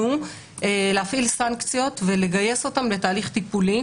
להפעיל סנקציות ולגייס אותם לתהליך טיפולי.